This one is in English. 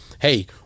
Hey